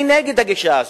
אני נגד הגישה הזאת.